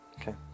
Okay